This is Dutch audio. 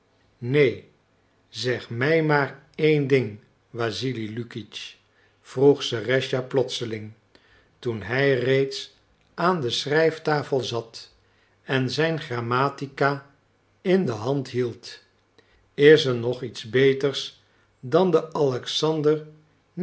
neen zeg mij maar een ding wassili lukitsch vroeg serëscha plotseling toen hij reeds aan de schrijftafel zat en zijn grammatica in de hand hield is er nog iets beters dan de